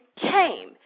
came